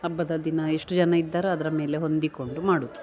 ಹಬ್ಬದ ದಿನ ಎಷ್ಟು ಜನ ಇದ್ದಾರ ಅದರ ಮೇಲೆ ಹೊಂದಿಕೊಂಡು ಮಾಡುದು